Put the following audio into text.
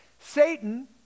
Satan